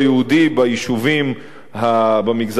ביישובים במגזר הערבי,